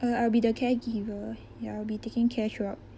uh I'll be the caregiver ya I'll be taking care throughout